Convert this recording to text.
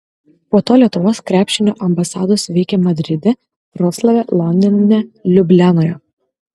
po to lietuvos krepšinio ambasados veikė madride vroclave londone liublianoje